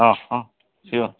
অঁ অঁ